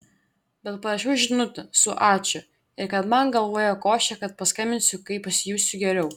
bet parašiau žinutę su ačiū ir kad man galvoje košė kad paskambinsiu kai pasijusiu geriau